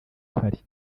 uhari